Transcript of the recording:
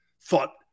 thought